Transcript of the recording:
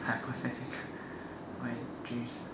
hypothetical why dreams